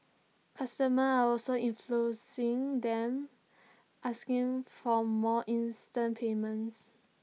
customers are also influencing them asking for more instant payments